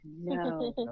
No